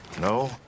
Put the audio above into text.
No